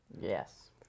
Yes